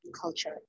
culture